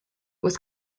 was